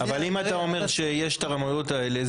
אבל אם אתה אומר שיש את הרמאויות האלה,